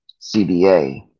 CBA